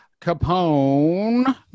Capone